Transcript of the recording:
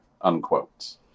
unquote